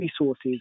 resources